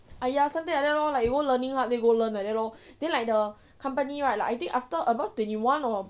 ah ya something like that lor like you go learning hub then you go learn like that lor then like the company right like I think after above twenty one or